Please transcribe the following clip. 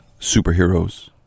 superheroes